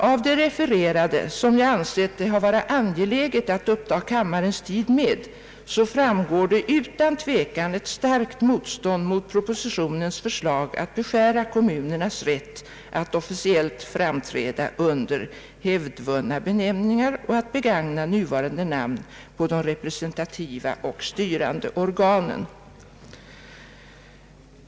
Av det refererade, som jag ansett det vara angeläget att uppta kammarens tid med, framgår utan tvivel ett starkt motstånd mot propositionens förslag att beskära kommunernas rätt att officiellt framträda under hävdvunna benämningar och att begagna nuvarande namn på de representativa och styrande organen.